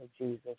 Jesus